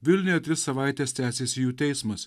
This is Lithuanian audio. vilniuje tris savaites tęsėsi jų teismas